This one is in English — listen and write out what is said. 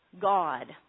God